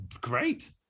great